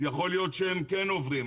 יכול להיות שהם כן עובדים,